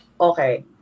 Okay